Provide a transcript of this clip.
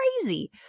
crazy